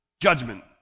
judgment